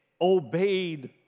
obeyed